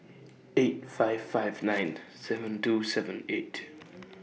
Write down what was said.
eight five five nine seven two seven eight